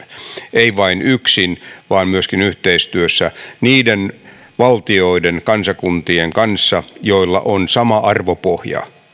ei vain yksin vaan myöskin yhteistyössä niiden valtioiden kansa kuntien kanssa joilla on sama arvopohja kuin